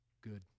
good